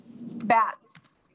Bats